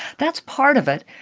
that's part of it.